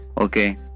okay